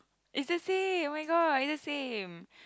it's the same oh-my-god it's the same